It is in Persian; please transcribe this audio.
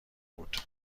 بود